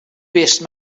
bist